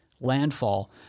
Landfall